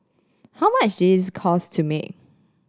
how much did it cost to make